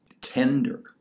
Tender